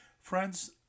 Friends